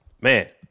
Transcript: Man